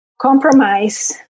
compromise